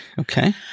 Okay